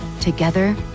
together